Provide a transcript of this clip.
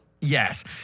Yes